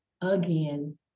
again